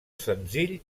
senzill